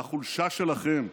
את החולשה שלכם,